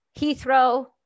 Heathrow